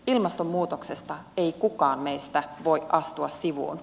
ilmastonmuutoksesta ei kukaan meistä voi astua sivuun